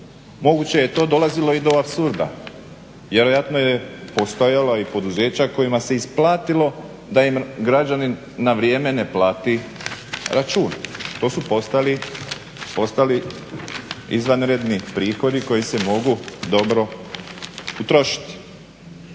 Moguće je to dolazilo i do apsurda, vjerojatno su postojala i poduzeća kojima se isplatilo da im građanin na vrijeme ne plati račun. To su postali izvanredni prihodi koji se mogu dobro utrošiti.